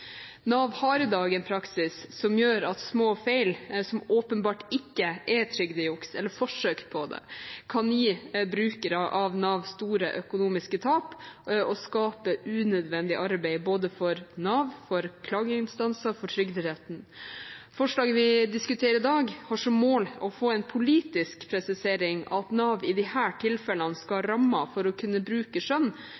Nav har i dag en praksis som gjør at små feil som åpenbart ikke er trygdejuks eller forsøk på det, kan gi brukere av Nav store økonomiske tap og skape unødvendig arbeid for både Nav, klageinstanser og Trygderetten. Forslaget vi diskuterer i dag, har som mål å få en politisk presisering av at Nav i disse tilfellene skal ha rammer for å kunne bruke skjønn